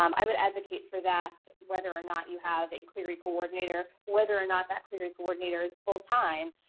um i would advocate for that whether or not you have a clery coordinator, whether or not that clery coordinator's full-time,